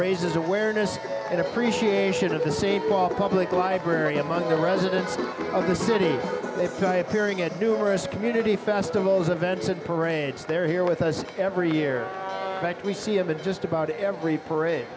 raises awareness and appreciation of the st paul public library among the residents of the city they play appearing at numerous community festivals events and parades they're here with us every year we see of it just about every parade